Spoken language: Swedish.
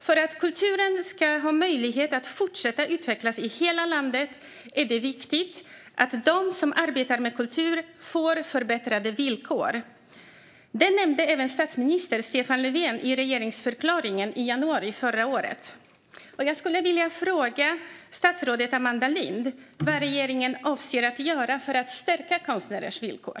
För att kulturen ska ha möjlighet att fortsätta utvecklas i hela landet är det viktigt att de som arbetar med kultur får förbättrade villkor. Det nämnde även statsminister Stefan Löfven i regeringsförklaringen i januari förra året. Jag skulle vilja fråga statsrådet Amanda Lind vad regeringen avser att göra för att stärka konstnärernas villkor.